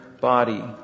body